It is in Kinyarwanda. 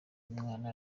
umwana